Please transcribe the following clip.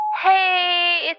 Hey